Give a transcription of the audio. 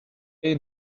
play